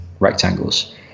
Rectangles